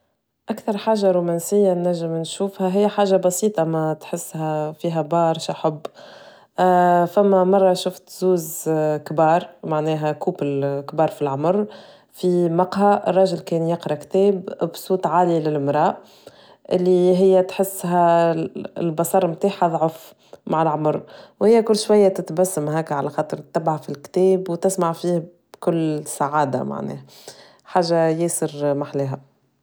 أكثر حاجة رومانسية نجم نشوفها هي حاجة بسيطة ما تحسها فيها باااارشا حب فما مرة شفت زوز كبار معناها كوب الكبار في العمر في مقهى الراجل كان يقرأ كتاب بصوت عالي للمرأة اللي هي تحسها البصر متاحها ضعف مع العمر وهي كل شوية تتبسم هكا على خاطر تتبع في الكتاب وتسمع فيه كل سعادة معناها حاجة ياسر محلها.